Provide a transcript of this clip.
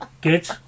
Good